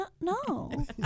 no